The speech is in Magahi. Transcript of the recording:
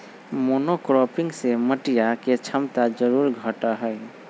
मोनोक्रॉपिंग से मटिया के क्षमता जरूर घटा हई